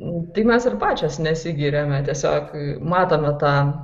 tai mes ir pačios nesigiriame tiesiog matome tą